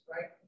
right